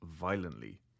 violently